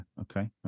okay